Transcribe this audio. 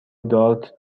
دارت